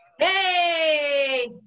Hey